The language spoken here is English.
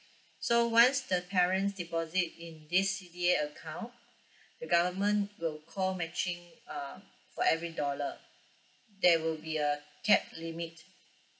so once the parents deposit in this C_D_A account the government will call matching uh for every dollar there will be a cap limit